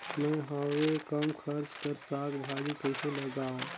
मैं हवे कम खर्च कर साग भाजी कइसे लगाव?